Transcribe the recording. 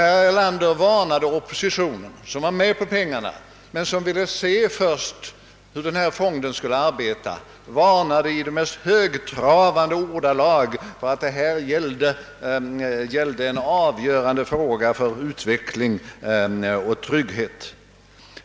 Herr Erlander varnade oppositionen, som var med på pengarna men som först ville se efter vilka linjer fonden skulle arbeta, i de mest högtravande ordalag. Här gällde det en avgörande fråga för utveckling och trygghet.